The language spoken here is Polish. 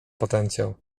potencjał